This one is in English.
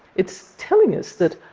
it's telling us that